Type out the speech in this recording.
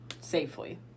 safely